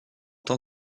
tant